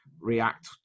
react